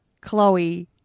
Chloe